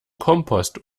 kompost